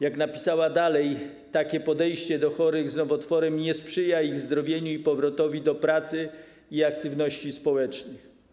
Jak napisała dalej, takie podejście do chorych z nowotworem nie sprzyja ich zdrowieniu i powrotowi do pracy i aktywności społecznych.